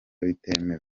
bitemewe